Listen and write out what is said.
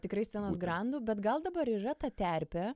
tikrai scenos grandų bet gal dabar yra ta terpė